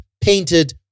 painted